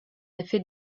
effet